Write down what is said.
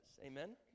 Amen